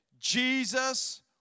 Jesus